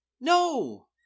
no